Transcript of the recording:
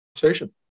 conversation